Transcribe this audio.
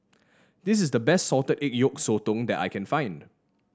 this is the best Salted Egg Yolk Sotong that I can find